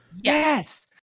Yes